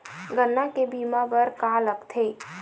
गन्ना के बीमा बर का का लगथे?